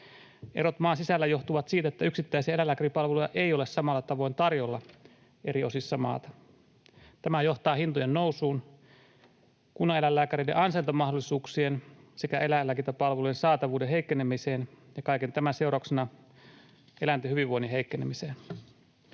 Erot maan sisällä johtuvat siitä, että yksittäisiä eläinlääkäripalveluja ei ole samalla tavoin tarjolla eri osissa maata. Tämä johtaa hintojen nousuun, kunnaneläinlääkäreiden ansaintamahdollisuuksiin sekä eläinlääkintäpalvelujen saatavuuden heikkenemiseen ja kaiken tämän seurauksena eläinten hyvinvoinnin heikkenemiseen.